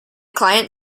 client